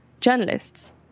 journalists